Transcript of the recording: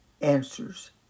Answers